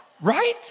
Right